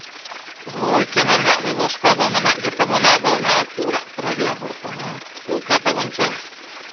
ᱦᱳᱭ ᱠᱮᱱᱮᱞ ᱨᱮᱭᱟᱜ ᱵᱮᱵᱚᱥᱛᱷᱟ ᱫᱚ ᱢᱮᱱᱟᱜ ᱜᱮ ᱛᱟᱵᱚᱱᱟ ᱟᱫᱚ ᱦᱟᱸᱜ ᱟᱹᱛᱩ ᱚᱲᱟᱜ ᱠᱚᱨᱮᱜᱮ ᱦᱚᱲ ᱠᱚᱦᱚᱸ ᱱᱚᱝᱠᱟ ᱛᱟᱵᱚᱱ ᱪᱮ